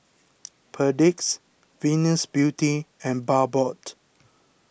Perdix Venus Beauty and Bardot